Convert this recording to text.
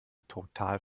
total